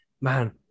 Man